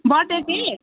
birthday cake